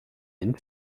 einen